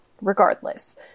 regardless